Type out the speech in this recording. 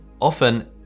often